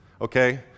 okay